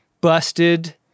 busted